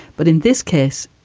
but in this case,